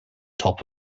top